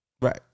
Right